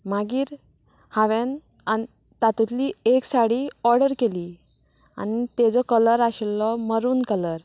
मागीर हांवेन तातूंतली एक साडी ऑर्डर केली आनी तेजो कलर आशिल्लो मरून कलर